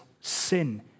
sin